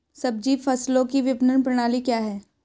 सब्जी फसलों की विपणन प्रणाली क्या है?